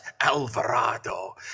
alvarado